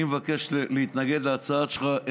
אני מבקש להתנגד להצעה שלך,